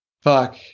Fuck